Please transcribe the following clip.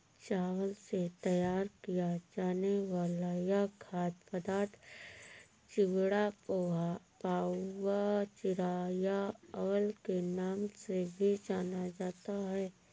चावल से तैयार किया जाने वाला यह खाद्य पदार्थ चिवड़ा, पोहा, पाउवा, चिरा या अवल के नाम से भी जाना जाता है